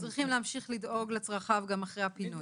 צריכים להמשיך לדאוג לצרכיו גם אחרי הפינוי.